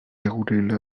déroulé